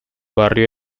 barrio